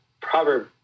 proverb